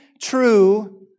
true